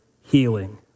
healing